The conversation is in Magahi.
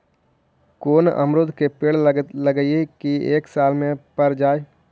कोन अमरुद के पेड़ लगइयै कि एक साल में पर जाएं?